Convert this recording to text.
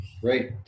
Great